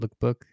lookbook